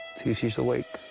see if she's awake.